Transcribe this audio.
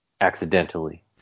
accidentally